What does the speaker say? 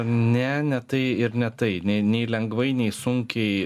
ne ne tai ir ne tai nei nei lengvai nei sunkiai